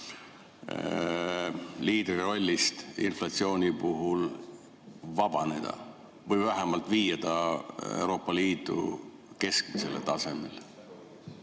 liidri rollist inflatsiooni puhul vabaneda või vähemalt viia see [näitaja] Euroopa Liidu keskmisele tasemele?